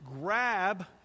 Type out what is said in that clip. grab